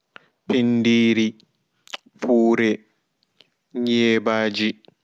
Pindiri puure nyeɓaaji